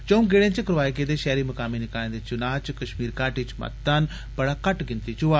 चंऊ गेड़े च करोआए गेदे शैहरी मकामी निकाएं दे चूना च कश्मीर घाटी च मतदान बड़ा घट्ट गिनतरी च होआ